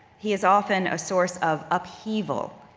he is often a source of upheaval,